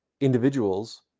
individuals